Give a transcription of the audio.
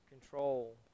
control